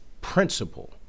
principle